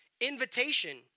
invitation